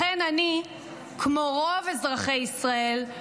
לכן כמו רוב אזרחי ישראל אני